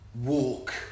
walk